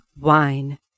Wine